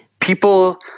People